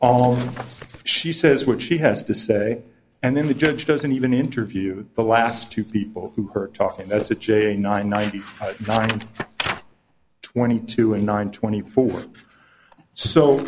all she says what she has to say and then the judge doesn't even interview the last two people who heard talk and that's it j nine ninety nine and twenty two and nine twenty four so